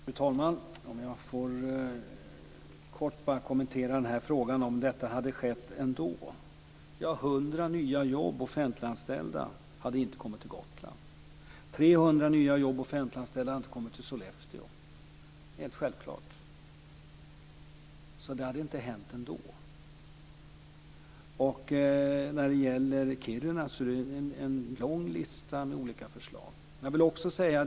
Fru talman! Jag vill kort kommentera frågan om ifall detta hade skett ändå. Ja, hundra nya offentliga anställningar hade inte kommit till Gotland, tre hundra nya offentliga anställningar hade inte kommit till Sollefteå. Det är helt självklart, så det hade inte hänt ändå. När det gäller Kiruna finns det en lång lista med olika förslag.